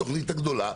התכנית הגדולה,